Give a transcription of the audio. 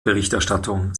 berichterstattung